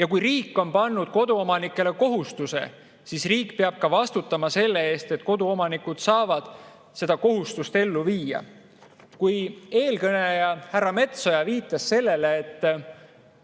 Ja kui riik on pannud koduomanikele kohustuse, siis riik peab ka vastutama selle eest, et koduomanikud saavad seda kohustust täita. Eelkõneleja härra Metsoja viitas sellele, et